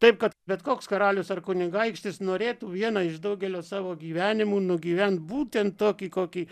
taip kad bet koks karalius ar kunigaikštis norėtų vieną iš daugelio savo gyvenimo nugyvent būtent tokį kokį